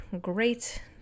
great